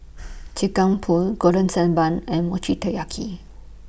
Pool Golden Sand Bun and Mochi Taiyaki